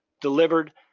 delivered